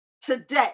today